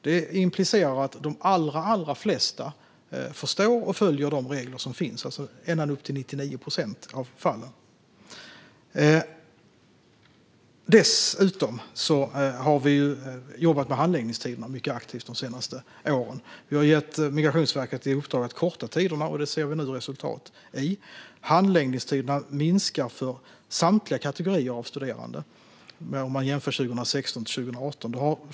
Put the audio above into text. Det implicerar att de allra flesta, ända upp till 99 procent av fallen, förstår och följer de regler som finns. Dessutom har vi jobbat mycket aktivt med handläggningstiderna de senaste åren. Vi har gett Migrationsverket i uppdrag att korta tiderna, och vi ser nu resultat. Handläggningstiderna minskar för samtliga kategorier av studerande från 2016 till 2018.